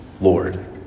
Lord